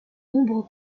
nombreux